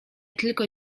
tylko